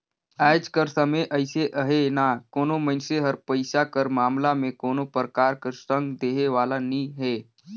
आएज कर समे अइसे अहे ना कोनो मइनसे हर पइसा कर मामला में कोनो परकार कर संग देहे वाला नी हे